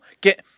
get